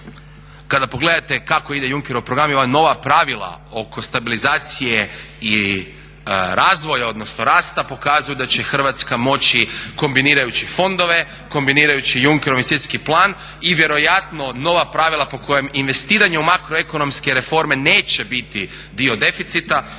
Kada pogledate kako ide Junckerov program i ova nova pravila oko stabilizacije i razvoja odnosno rasta pokazuju da će Hrvatska moći kombinirajući fondove, kombinirajući Junckerov investicijski plan i vjerojatno nova pravila po kojem investiranje u makroekonomske reforme neće biti dio deficita